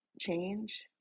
change